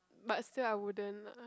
but still I wouldn't lah